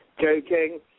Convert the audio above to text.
joking